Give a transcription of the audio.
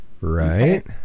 Right